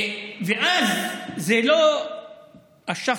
ואז זה לא (אומר בערבית: